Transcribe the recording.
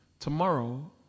Tomorrow